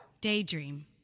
Daydream